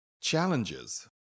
Challenges